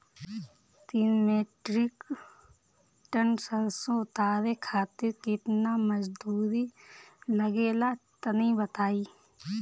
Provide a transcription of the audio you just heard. तीन metric tonne सरसो उतारे खातिर केतना मजदूरी लगे ला तनि बताई?